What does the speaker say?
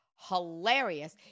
Hilarious